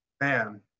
man